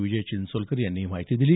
विजय चिंचोलकर यांनी ही माहिती दिली